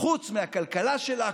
חוץ מהכלכלה שלה,